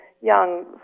young